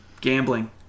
Gambling